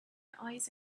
eyes